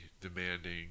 demanding